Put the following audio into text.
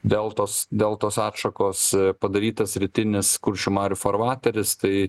deltos deltos atšakos padarytas rytinis kuršių marių farvateris tai